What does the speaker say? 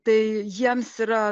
tai jiems yra